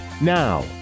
Now